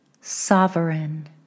Sovereign